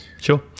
sure